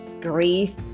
grief